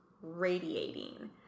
radiating